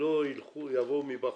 שלא יבואו מבחוץ,